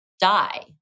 die